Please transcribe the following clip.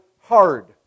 hard